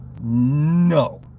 No